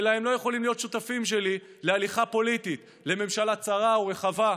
אלא הם לא יכולים להיות שותפים שלי להליכה פוליטית לממשלה צרה או רחבה.